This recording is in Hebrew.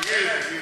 תגיד.